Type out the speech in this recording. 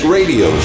Radio